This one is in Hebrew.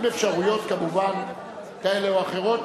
כמובן עם אפשרויות כאלה או אחרות,